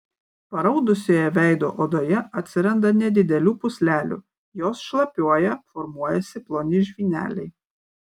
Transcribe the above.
paraudusioje veido odoje atsiranda nedidelių pūslelių jos šlapiuoja formuojasi ploni žvyneliai